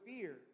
fear